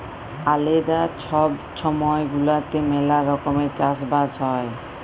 আলেদা ছব ছময় গুলাতে ম্যালা রকমের চাষ বাস হ্যয়